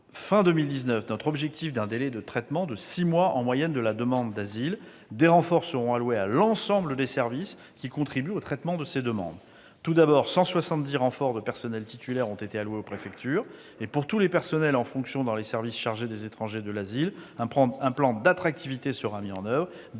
de 2019, notre objectif d'un délai de traitement de six mois, en moyenne, de la demande d'asile, des renforts seront alloués à l'ensemble des services qui contribuent au traitement de ces demandes. Tout d'abord, 170 renforts de personnels titulaires ont été alloués aux préfectures. Pour tous les personnels en fonction dans les services chargés des étrangers et de l'asile, un plan d'attractivité sera mis en oeuvre,